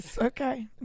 okay